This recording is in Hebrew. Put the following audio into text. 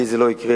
לי זה לא יקרה,